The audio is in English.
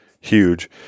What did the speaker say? huge